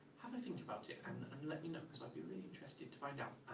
have a think about it and um let me know because i'd be really interested to find out.